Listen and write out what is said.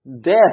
death